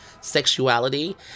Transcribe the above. sexuality